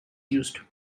used